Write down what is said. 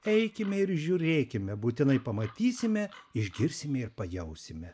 eikime ir žiūrėkime būtinai pamatysime išgirsime ir pajausime